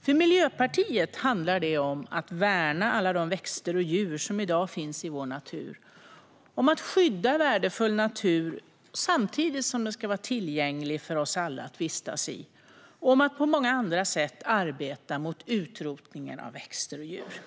För Miljöpartiet handlar det om att värna alla de växter och djur som i dag finns i vår natur och om att skydda värdefull natur, samtidigt som naturen ska vara tillgänglig för oss alla att vistas i. Det handlar också om att på många andra sätt arbeta mot utrotningen av växter och djur.